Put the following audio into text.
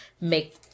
make